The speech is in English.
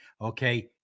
okay